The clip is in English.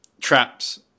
traps